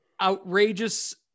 outrageous